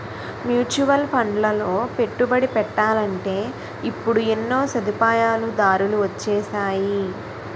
mutual ఫండ్లలో పెట్టుబడి పెట్టాలంటే ఇప్పుడు ఎన్నో సదుపాయాలు దారులు వొచ్చేసాయి